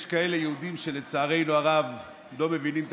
יש כאלה יהודים שלצערנו הרב לא מבינים את